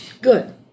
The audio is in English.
Good